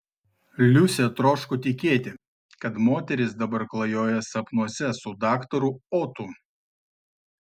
liusė troško tikėti kad moteris dabar klajoja sapnuose su daktaru otu